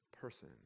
person